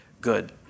good